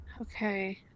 Okay